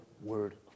Word